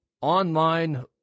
online